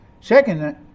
Second